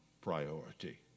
priority